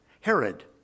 Herod